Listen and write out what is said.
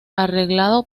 arreglado